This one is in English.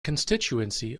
constituency